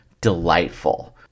delightful